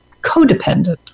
codependent